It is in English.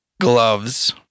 gloves